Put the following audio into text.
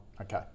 Okay